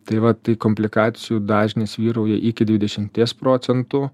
tai va tai komplikacijų dažnis vyrauja iki dvidešimties procentų